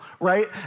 right